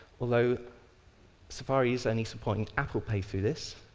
although safari is only supporting apple pay through this,